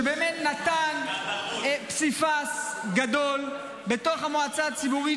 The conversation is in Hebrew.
שבאמת נתן פסיפס גדול בתוך המועצה הציבורית,